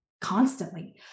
constantly